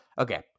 Okay